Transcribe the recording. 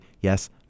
Yes